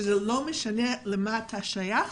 לא משנה לאן המטופל שייך